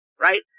Right